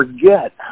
forget